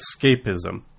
escapism